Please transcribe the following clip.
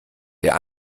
der